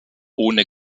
ohne